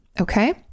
Okay